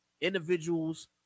individuals